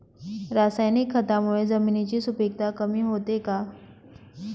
रासायनिक खतांमुळे जमिनीची सुपिकता कमी होते का?